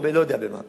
או לא יודע מה.